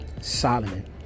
Solomon